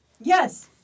Yes